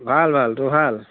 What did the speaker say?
ভাল ভাল তোৰ ভাল